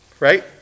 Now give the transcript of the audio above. Right